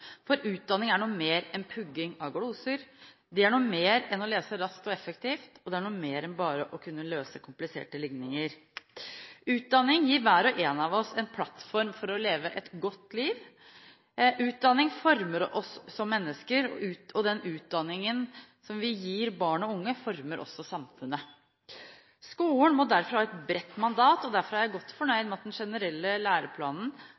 for utdanning er mer enn pugging av gloser, det er noe mer enn å lese raskt og effektivt, og det er noe mer enn bare å kunne løse kompliserte ligninger. Utdanning gir hver og en av oss en plattform for å leve et godt liv. Utdanning former oss som mennesker, og den utdanningen vi gir barn og unge, former også samfunnet. Skolen må derfor ha et bredt mandat. Derfor er jeg godt fornøyd med at den generelle læreplanen